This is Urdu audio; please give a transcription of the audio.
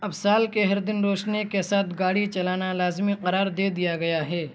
اب سال کے ہر دن روشنی کے ساتھ گاڑی چلانا لازمی قرار دے دیا گیا ہے